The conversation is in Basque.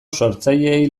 sortzaileei